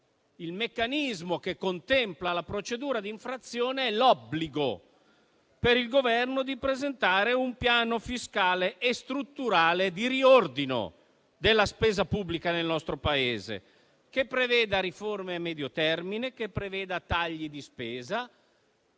il meccanismo che contempla la procedura di infrazione contiene l'obbligo per il Governo di presentare un piano fiscale e strutturale di riordino della spesa pubblica nel nostro Paese che preveda riforme a medio termine, che preveda tagli di spesa